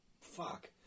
Fuck